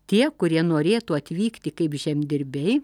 tie kurie norėtų atvykti kaip žemdirbiai